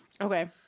okay